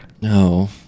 no